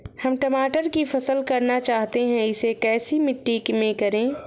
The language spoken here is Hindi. हम टमाटर की फसल करना चाहते हैं इसे कैसी मिट्टी में करें?